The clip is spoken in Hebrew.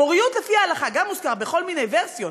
פוריות לפי ההלכה גם מוזכרת בכל מיני ורסיות.